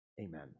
Amen